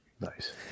Nice